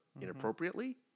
inappropriately